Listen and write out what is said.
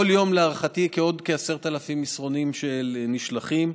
כל יום להערכתי עוד כ-10,000 מסרונים נשלחים,